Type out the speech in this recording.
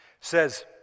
says